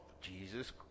Jesus